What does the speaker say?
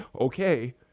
okay